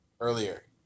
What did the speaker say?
earlier